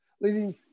leading